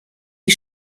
die